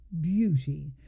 beauty